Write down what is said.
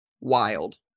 wild